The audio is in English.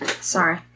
Sorry